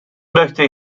möchte